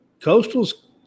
Coastal's